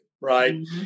right